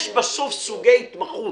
יש בסוף סוגי התמחות.